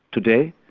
today,